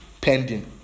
pending